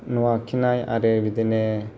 न' आखिनाय आरो बिदिनो